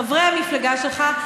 חברי המפלגה שלך,